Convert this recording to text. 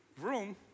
room